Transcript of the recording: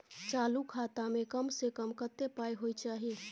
चालू खाता में कम से कम कत्ते पाई होय चाही?